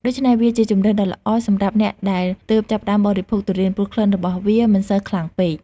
ដូច្នេះវាជាជម្រើសដ៏ល្អសម្រាប់អ្នកដែលទើបចាប់ផ្ដើមបរិភោគទុរេនព្រោះក្លិនរបស់វាមិនសូវខ្លាំងពេក។